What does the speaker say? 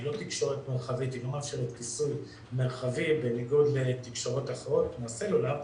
היא לא תקשורת מרחבית בניגוד לתקשורות אחרות כמו הסלולר.